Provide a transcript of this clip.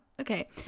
okay